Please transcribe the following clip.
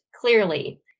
clearly